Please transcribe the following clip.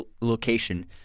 location